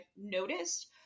noticed